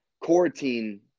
Quarantine